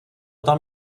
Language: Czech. tam